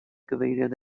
gyfeiriad